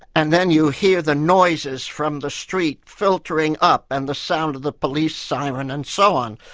and then you hear the noises from the street filtering up, and the sound of the police siren and so on.